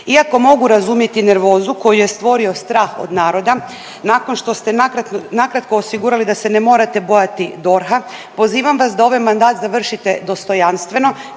Iako mogu razumjeti nervozu koju je stvorio strah od naroda nakon što ste nakratko osigurali da se ne morate bojati DORH-a, pozivam vas da ovaj mandat završite dostojanstveno